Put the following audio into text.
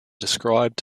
described